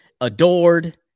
adored